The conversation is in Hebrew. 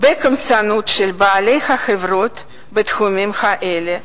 בקמצנות של בעלי החברות בתחומים האלה,